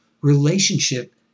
relationship